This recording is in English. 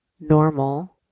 normal